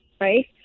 Right